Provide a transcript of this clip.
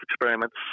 experiments